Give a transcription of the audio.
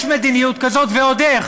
יש מדיניות כזאת, ועוד איך.